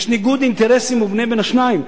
יש ניגוד אינטרסים מובנה בין השניים.